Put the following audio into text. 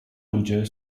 ludzie